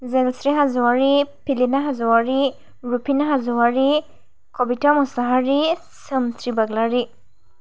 Jonsri Hajowary Philina Hajowary Rufina Hajowary Kabita Mashahary Somsri Baglary